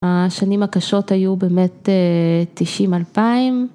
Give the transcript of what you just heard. השנים הקשות היו באמת תשעים אלפיים.